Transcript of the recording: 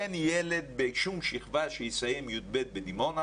אין ילד בשום שכבה שיסיים י"ב בדימונה